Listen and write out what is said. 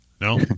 No